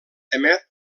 emet